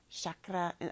chakra